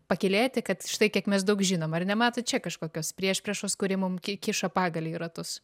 pakylėti kad štai kiek mes daug žinom ar nematot čia kažkokios priešpriešos kuri mums kiša pagalį į ratus